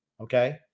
Okay